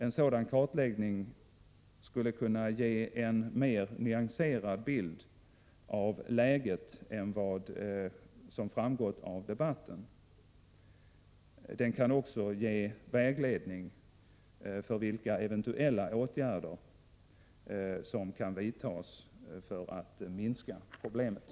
En sådan kartläggning skulle kunna ge en mer nyanserad bild av läget än vad som framgått av debatten. Den kan också ge vägledning för vilka eventuella åtgärder som kan vidtas för att minska problemen.